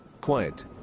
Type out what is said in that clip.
quiet